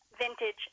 Vintage